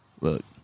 Look